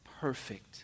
perfect